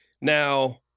Now